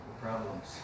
problems